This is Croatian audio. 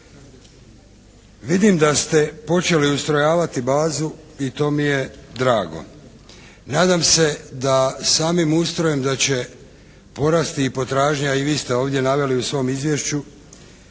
Vidim da ste počeli ustrojavati bazu i to mi je drago. Nadam se samim ustrojem da će porasti i potražnja. i vi ste ovdje naveli u svom izvješću